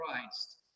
Christ